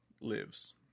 lives